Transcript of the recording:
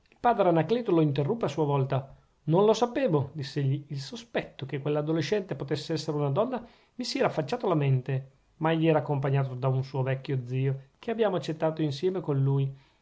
padre anacleto lo interruppe a sua volta non lo sapevo diss'egli il sospetto che quell'adolescente potesse essere una donna mi si era affacciato alla mente ma egli era accompagnato da un suo vecchio zio che abbiamo accettato insieme con lui